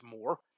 more